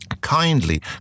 kindly